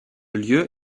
lieu